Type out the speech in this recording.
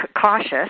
cautious